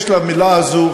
יש למילה הזו,